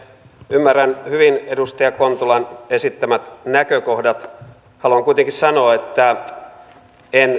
ymmärrän hyvin edustaja kontulan esittämät näkökohdat haluan kuitenkin sanoa että en